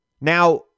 Now